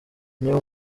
niba